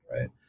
right